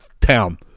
town